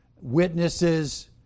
Witnesses